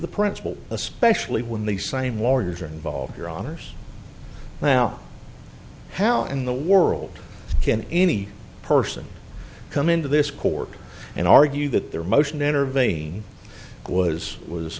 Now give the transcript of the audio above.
the principle especially when the same warriors are involved your honour's now how in the world can any person come into this court and argue that their motion intervene was was